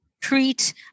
treat